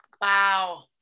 Wow